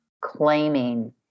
claiming